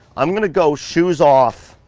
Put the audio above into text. i'm gonna go shoes off,